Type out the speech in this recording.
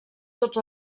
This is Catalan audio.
tots